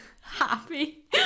happy